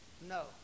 no